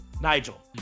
Nigel